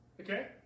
Okay